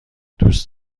دوست